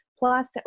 Plus